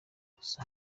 gusa